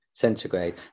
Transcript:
centigrade